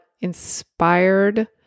inspired